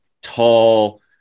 tall